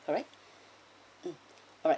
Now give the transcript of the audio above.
correct mm alright